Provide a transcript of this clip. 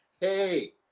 Hey